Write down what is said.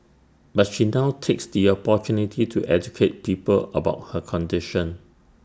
but she now takes the opportunity to educate people about her condition